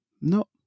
no